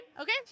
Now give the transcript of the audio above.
Okay